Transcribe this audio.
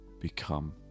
become